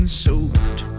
soaked